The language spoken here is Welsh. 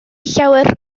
llawer